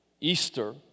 Easter